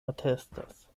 atestas